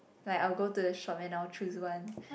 like I'll go the shop and I'll choose one